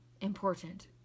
important